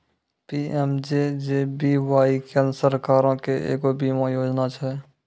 PMJJBY केन्द्र सरकारो के एगो बीमा योजना छै